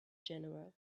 general